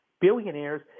billionaires